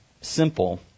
simple